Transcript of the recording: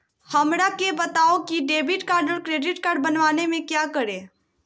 हमरा के बताओ की डेबिट कार्ड और क्रेडिट कार्ड बनवाने में क्या करें?